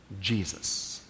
Jesus